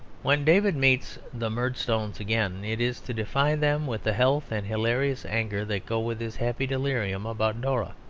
when david meets the murdstones again it is to defy them with the health and hilarious anger that go with his happy delirium about dora.